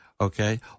okay